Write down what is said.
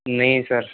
ਨਹੀਂ ਸਰ